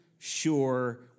Sure